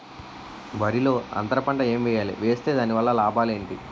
వరిలో అంతర పంట ఎం వేయాలి? వేస్తే దాని వల్ల లాభాలు ఏంటి?